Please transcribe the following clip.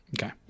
Okay